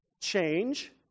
change